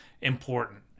important